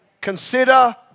Consider